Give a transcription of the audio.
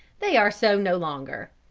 they are so no longer.